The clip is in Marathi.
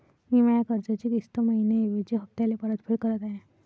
मी माया कर्जाची किस्त मइन्याऐवजी हप्त्याले परतफेड करत आहे